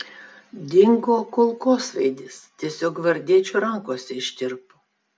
dingo kulkosvaidis tiesiog gvardiečių rankose ištirpo